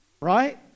right